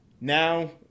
Now